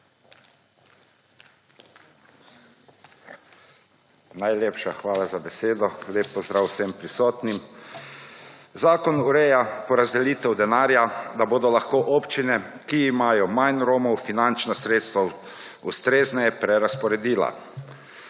Najlepša hvala za besedo. Lep pozdrav vsem prisotnim. Zakonu ureja porazdelitev denarja, da bodo lahko občine, ki imajo manj Romov finančna sredstva ustrezneje prerazporedila.